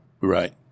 Right